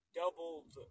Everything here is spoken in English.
doubled